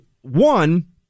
one